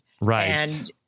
Right